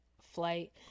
flight